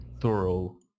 thorough